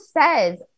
says